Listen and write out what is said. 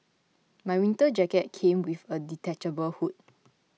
my winter jacket came with a detachable hood